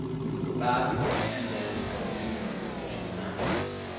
we can go back and then go to notifications and actions.